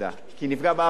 כי היא נפגעה בעבודה.